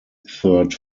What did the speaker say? third